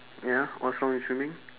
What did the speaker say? ya what's wrong with swimming